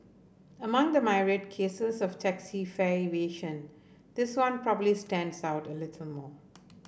among the myriad cases of taxi fare evasion this one probably stands out a little more